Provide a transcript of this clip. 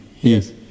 Yes